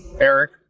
Eric